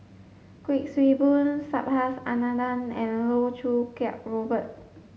Kuik Swee Boon Subhas Anandan and Loh Choo Kiat Robert